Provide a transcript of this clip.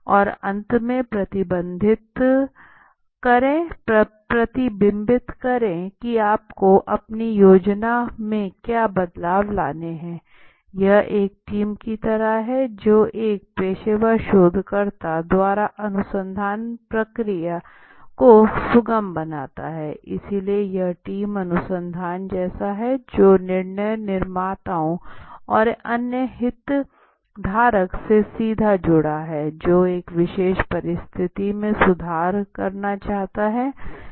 और अंत में प्रतिबिंबित करें कि आपको अपनी योजना में क्या बदलाव लाने हैं यह एक टीम की तरह है जो एक पेशेवर शोधकर्ता द्वारा अनुसंधान प्रक्रिया को सुगम बनाता है इसलिए यह टीम अनुसंधान जैसा है जो निर्णय निर्माताओं और अन्य हितधारक से सीधा जुड़ा है जो एक विशेष परिस्थिति में सुधार करना चाहते हैं